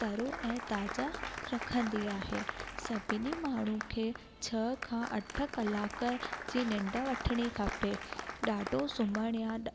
तरो ऐं ताज़ा रखंदी आहे सभिनी माण्हू खे छह खां अठ कलाक जी निंड वठिणी खपे ॾाढो सुम्हणु या